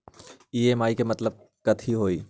EMI के मतलब कथी होई?